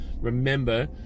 remember